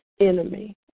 enemy